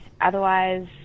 Otherwise